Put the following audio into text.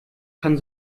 kann